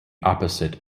opposite